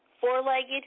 four-legged